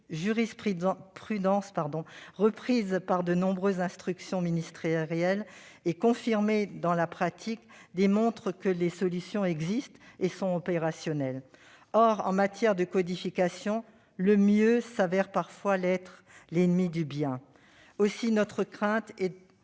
jurisprudence, reprise par de nombreuses instructions ministérielles et confirmée dans la pratique, démontre que les solutions existent et sont opérationnelles. Or, en matière de codification, le mieux s'avère parfois être l'ennemi du bien. Aussi, notre crainte est